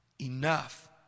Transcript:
enough